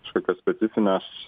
kažkokias specifines